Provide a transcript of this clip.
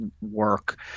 work